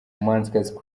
umuhanzikazi